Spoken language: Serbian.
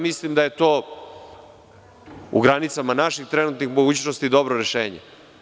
Mislim da je to u granicama naših trenutnih mogućnosti dobro rešenje.